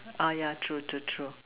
oh ya true true true